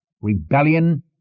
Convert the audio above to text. rebellion